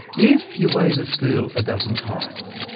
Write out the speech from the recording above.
if you weigh the steel a dozen times,